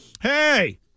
hey